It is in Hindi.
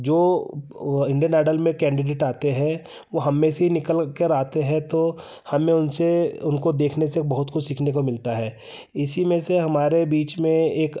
जो इंडियन आइडल में कैंडिडेट आते हैं वह हम में से ही निकल कर आते हैं तो हमें उनसे उनको देखने से बहुत कुछ सीखने को मिलता है इसी में से हमारे बीच में एक